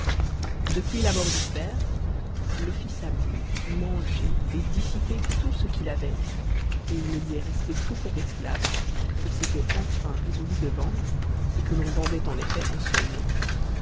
depuis la mort du père le fils a bu mangé et dissipé tout ce qu'il avait et il ne lui est resté que cette esclave qu'il s'était enfin résolu de vendre et que l'on vendait en effet en son nom